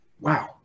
Wow